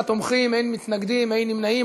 39 תומכים, אין מתנגדים ואין נמנעים.